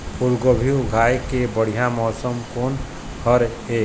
फूलगोभी उगाए के बढ़िया मौसम कोन हर ये?